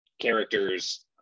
characters